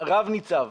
רב ניצב...